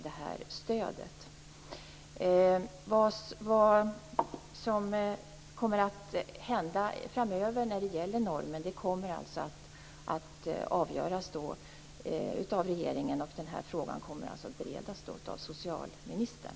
Vad som kommer att hända framöver när det gäller normen avgörs av regeringen, och den här frågan kommer, som sagt, att beredas av socialministern.